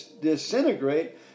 disintegrate